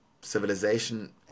civilization